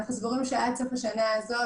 אנחנו סבורים שעד סוף השנה הזו,